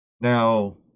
now